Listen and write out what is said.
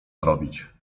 zrobić